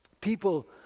People